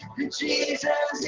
Jesus